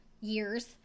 years